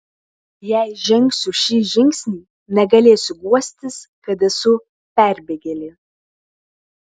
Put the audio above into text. jei žengsiu šį žingsnį negalėsiu guostis kad esu perbėgėlė